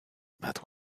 but